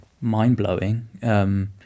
mind-blowing